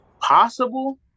Possible